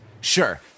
Sure